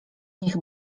niech